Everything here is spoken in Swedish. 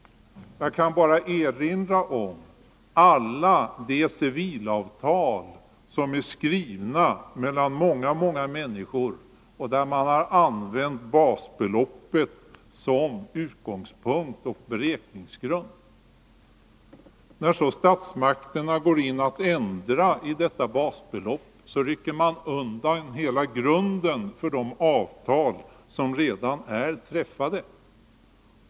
Jag kan bara erinra om alla de civilavtal som är skrivna mellan många, många människor, där man använt basbeloppet som utgångspunkt och beräkningsgrund. När så statsmakterna går in och ändrar på detta basbelopp rycker man undan hela grunden för de avtal som redan är träffade.